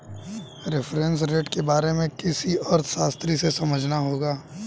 reference rate के बारे में किसी अर्थशास्त्री से समझना होगा